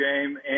game